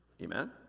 Amen